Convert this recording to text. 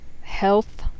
health